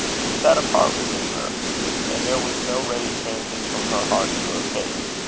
it sat apart within her and there was no ready transit from her heart to her face.